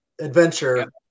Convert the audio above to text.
adventure